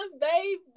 baby